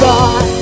God